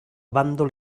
bàndol